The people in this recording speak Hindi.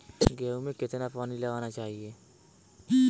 गेहूँ में कितना पानी लगाना चाहिए?